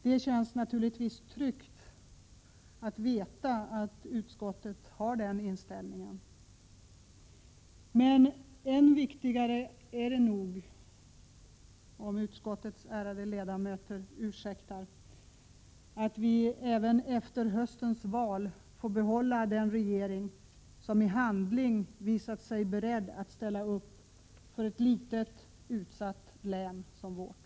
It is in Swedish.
Det känns naturligtvis tryggt att veta att utskottet har den inställningen. Men än viktigare är det nog — om utskottets ärade ledamöter ursäktar — att Sverige även efter höstens val får behålla den regering som i handling har visat sig beredd att ställa upp för ett litet, utsatt län som vårt.